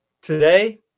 Today